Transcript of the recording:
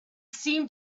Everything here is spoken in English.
seemed